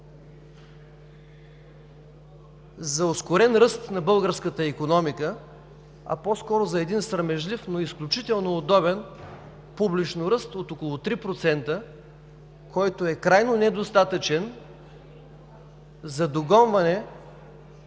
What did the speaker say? за ускорен ръст на българската икономика, а по-скоро за един срамежлив, но изключително удобен публичен ръст от около 3%, който е крайно недостатъчен за догонване